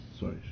Sorry